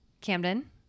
Camden